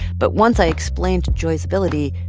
but once i explained joy's ability,